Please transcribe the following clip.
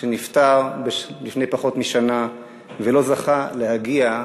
שנפטר לפני פחות משנה ולא זכה להגיע,